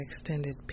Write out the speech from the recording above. extended